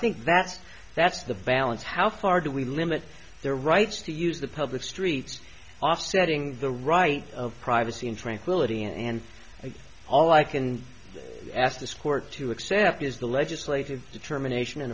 think that's that's the balance how far do we limit their rights to use the public streets offsetting the right of privacy and tranquility and i think all i can ask this court to accept is the legislative determination